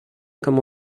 comment